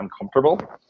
uncomfortable